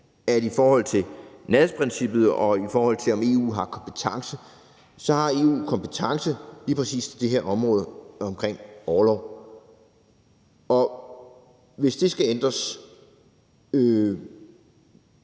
at i forhold til nærhedsprincippet, og i forhold til om EU har kompetence, har EU kompetence på lige præcis det her område omkring orlov. Hvis det skal ændres, kan